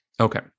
Okay